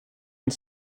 une